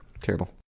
Terrible